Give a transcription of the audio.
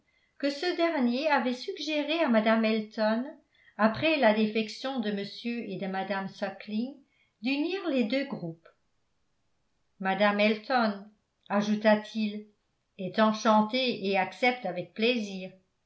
que ce dernier avait suggéré à mme elton après la défection de m et de mme sukling d'unir les deux groupes mme elton ajouta-t-il est enchantée et accepte avec plaisir